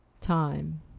Time